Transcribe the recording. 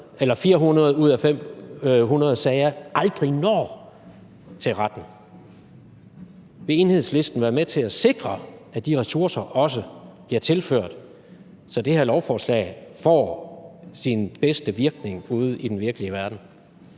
at 400 ud af 500 sager aldrig når til retten. Vil Enhedslisten være med til at sikre, at de ressourcer også bliver tilført, så det her lovforslag får sin bedste virkning ude i den virkelige verden?